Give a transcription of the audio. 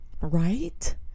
Right